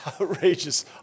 outrageous